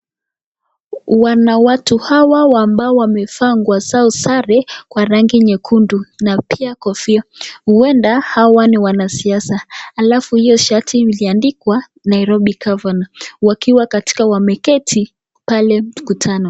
Wana watu hawa ambao wamevaa sare kwa rangi nyekundu na pia kofia huenda hawa ni wanasiasa halafu hiyo shati imeandikwa Nairobi governor wakiwa wameketi pale mkutano.